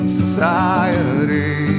Society